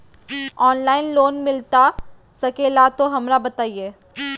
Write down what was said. Online loan मिलता सके ला तो हमरो बताई?